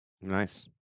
nice